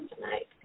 tonight